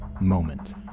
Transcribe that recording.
moment